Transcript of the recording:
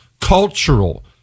cultural